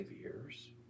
years